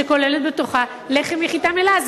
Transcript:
שכוללת לחם מחיטה מלאה.